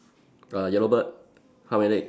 uh yellow bird how many eggs